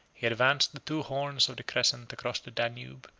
he advanced the two horns of the crescent across the danube,